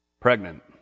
pregnant